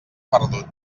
perdut